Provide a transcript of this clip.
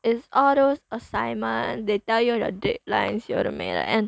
it's all those assignment they tell you the deadlines 有的没的 and